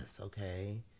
okay